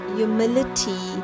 humility